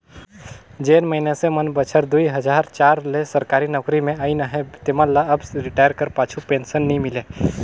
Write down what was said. जेन मइनसे मन बछर दुई हजार चार ले सरकारी नउकरी में अइन अहें तेमन ल अब रिटायर कर पाछू पेंसन नी मिले